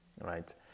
right